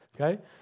okay